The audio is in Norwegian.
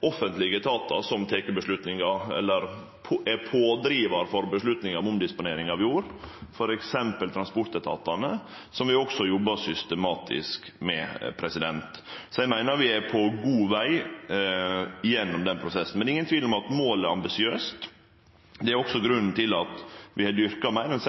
offentlege etatar som tek avgjerder, eller som er pådrivarar for avgjerder om omdisponering av jord, f.eks. transportetatane, som vi også jobbar systematisk med. Så eg meiner vi er på god veg igjennom den prosessen. Men det er ingen tvil om at målet er ambisiøst. Det er også grunnen til at vi har dyrka meir